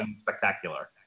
spectacular